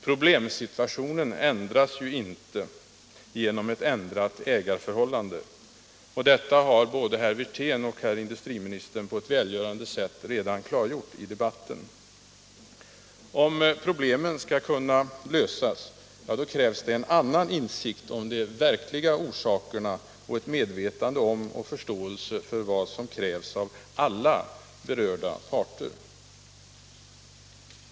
Problemsituationen ändras ju inte genom ett ändrat ägarförhållande. Detta har både herr Wirtén och herr industriministern på ett välgörande sätt redan klargjort i debatten. Om problemen skall kunna lösas, krävs en annan insikt om de verkliga orsakerna och medvetande om och förståelse för vad som fordras av alla berörda parter.